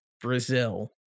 Brazil